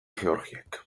georgiak